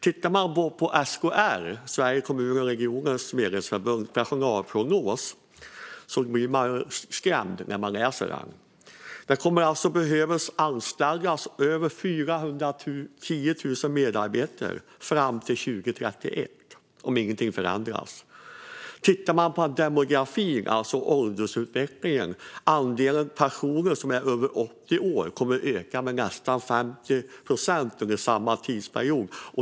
Om man läser Sveriges Kommuner och Regioners personalprognos blir man skrämd. Det kommer att behöva anställas över 410 000 medarbetare fram till 2031 om ingenting förändras. Tittar man på demografin - alltså åldersutvecklingen - ser man att andelen personer som är över 80 år kommer att öka med nästan 50 procent under samma tidsperiod.